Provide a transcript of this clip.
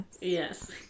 Yes